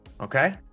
Okay